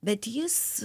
bet jis